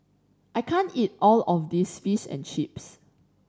I can't eat all of this Fish and Chips